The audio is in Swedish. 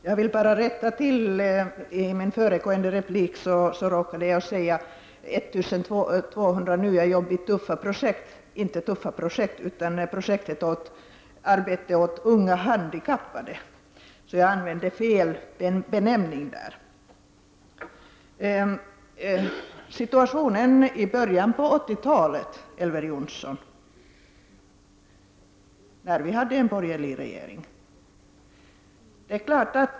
Fru talman! I min föregående replik råkade jag tala om 1 200 nya jobb i TUFFA-projektet. Jag avsåg emellertid projektet för unga handikappade. Elver Jonsson talade om situationen i början av 1980-talet då vi hade en borgerlig regering.